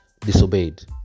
disobeyed